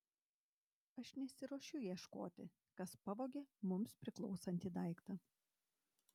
aš nesiruošiu ieškoti kas pavogė mums priklausantį daiktą